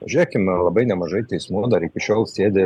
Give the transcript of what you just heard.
žiūrėkime labai nemažai teismų dar iki šiol sėdi